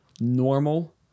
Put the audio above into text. normal